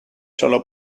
sólo